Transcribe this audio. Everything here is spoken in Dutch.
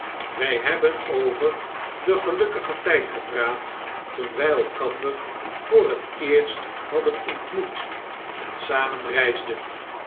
wy hebben over den gelukkigen tijd gepraat toen wy elkaar voor het eerst nadden ontmoet en samen reisden